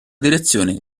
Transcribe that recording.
direzione